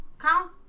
count